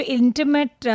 intimate